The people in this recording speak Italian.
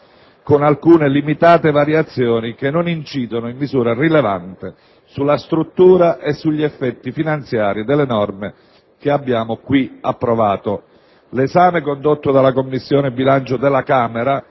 con alcune limitate variazioni che non incidono in misura rilevante sulla struttura e sugli effetti finanziari delle norme che abbiamo qui approvato. L'esame condotto dalla Commissione bilancio della Camera,